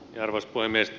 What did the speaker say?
arvoisa puhemies